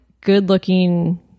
good-looking